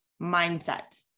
mindset